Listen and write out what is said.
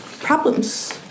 problems